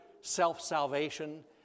self-salvation